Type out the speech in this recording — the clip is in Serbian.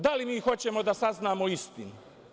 Da li mi hoćemo da saznamo istinu?